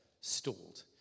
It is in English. stalled